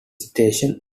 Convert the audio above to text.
station